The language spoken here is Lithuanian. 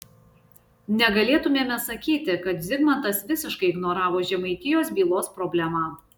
negalėtumėme sakyti kad zigmantas visiškai ignoravo žemaitijos bylos problemą